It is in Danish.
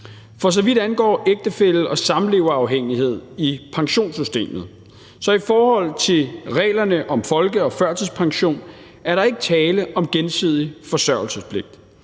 For så vidt angår ægtefælle- og samleverafhængighed i pensionssystemet, er der i forhold til reglerne om folkepension og førtidspension ikke tale om gensidig forsørgelsespligt.